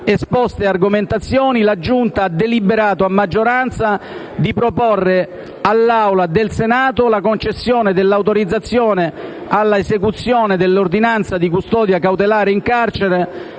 esposte argomentazioni, la Giunta ha deliberato a maggioranza di proporre all'Assemblea del Senato la concessione dell'autorizzazione all'esecuzione dell'ordinanza di custodia cautelare in carcere